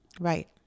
Right